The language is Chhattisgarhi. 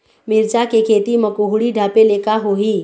मिरचा के खेती म कुहड़ी ढापे ले का होही?